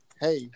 hey